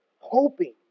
hoping